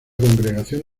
congregación